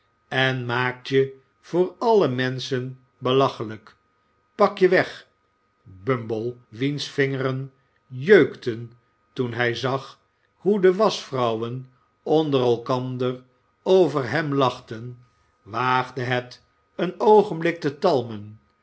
en maakt je voor alle menschen belachelijk pak je weg bumble wiens vingeren jeukten toen hij zag hoe de waschvrouwen onder elkander over hem lachten waagde het een oogenblik te talmen